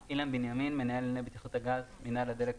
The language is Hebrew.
מינהל הדלק והגז,